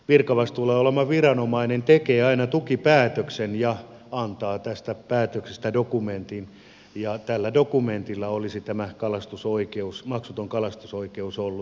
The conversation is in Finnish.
virkavastuulla oleva viranomainen tekee aina tukipäätöksen ja antaa tästä päätöksestä dokumentin ja tällä dokumentilla olisi tämä maksuton kalastusoikeus ollut voimassa